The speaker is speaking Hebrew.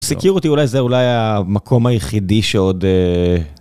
סיקיורטי, אולי זה המקום היחידי שעוד...